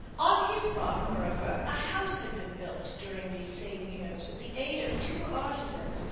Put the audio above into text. on his farm, moreover, a house had been built during these same years with the aid of two artisans,